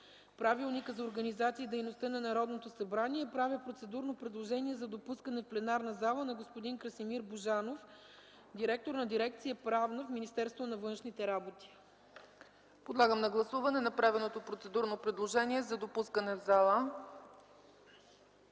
Правилника за организацията и дейността на Народното събрание, правя процедурно предложение за допускане в пленарната зала на господин Красимир Божанов – директор на дирекция „Правна” в Министерството на външните работи. ПРЕДСЕДАТЕЛ ЦЕЦКА ЦАЧЕВА: Подлагам на гласуване направеното процедурно предложение за допускане в залата.